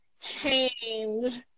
change